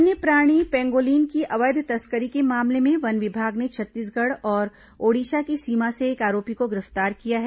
वन्यप्राणी पेंगोलिन की अवैध तस्करी के मामले में वन विभाग ने छत्तीसगढ़ और ओडिशा की सीमा से एक आरोपी को गिरफ्तार किया है